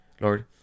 Lord